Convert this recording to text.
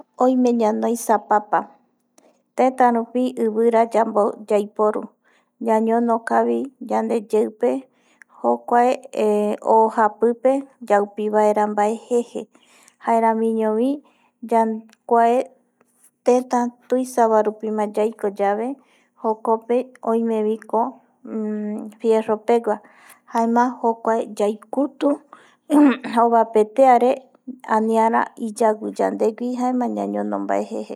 Oime ñanoi sapapa tetarupi ivirai yaiporu ñañono kavi yandeyeupe jokua o japipe yaupivaera o jeje jaeramiñovi kuae teta tuisa vae rupima yaiko yave jokope oimeviko fiero pegua jaea jokuae yaikutu ovapetea re aniara iyagui yandeyaugui jaema ñañono mbae jeje